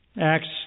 Acts